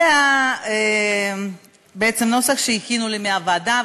זה בעצם הנוסח שהכינו לי בוועדה,